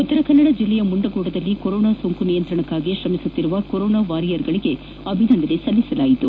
ಉತ್ತರ ಕನ್ನಡ ಜಿಲ್ಲೆಯ ಮುಂಡಗೋಡದಲ್ಲಿ ಕೊರೊನಾ ಸೊಂಕು ನಿಯಂತ್ರಣಕ್ಕಾಗಿ ತ್ರಮಿಸುತ್ತಿರುವ ಕೊರೊನಾ ವಾರಿಯರ್ಸ್ಗಳಿಗೆ ಅಭಿನಂದನೆ ಸಲ್ಲಿಸಲಾಯಿತು